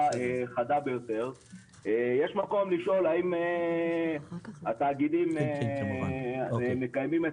חדה ביותר יש מקום לשאול האם תאגידים מקיימים את